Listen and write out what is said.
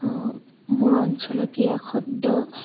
মোৰ অঞ্চলকীয়া খদ্য